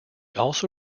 also